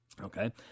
Okay